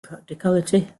practicality